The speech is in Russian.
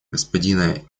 господина